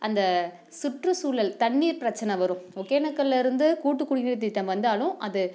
அந்த சுற்றுசூழல் தண்ணீர் பிரச்சின வரும் ஒகேனக்கல்லிருந்து கூட்டு குடிநீர் திட்டம் வந்தாலும் அது